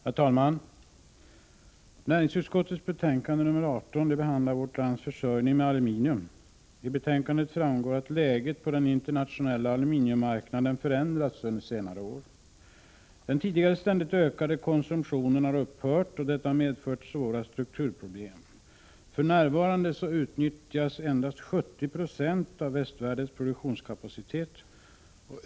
Herr talman! I näringsutskottets betänkande nr 18 behandlas vårt lands försörjning med aluminium. Av betänkandet framgår att läget på den internationella aluminiummarknaden förändrats under senare år. Den tidigare ständigt ökande konsumtionen har upphört, och detta har medfört svåra strukturproblem. För närvarande utnyttjas endast 70 90 av västvärldens produktionskapacitet.